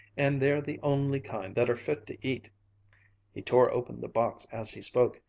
and they're the only kind that're fit to eat he tore open the box as he spoke,